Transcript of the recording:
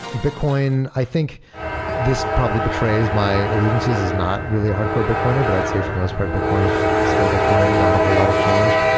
bitcoin, i think this probably betrays my allegiances as not really hardcore bitcoiner, but i'd say for the most part, bitcoin is still bitcoin. not a whole lot has changed.